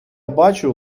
бачу